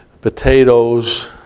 potatoes